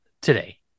today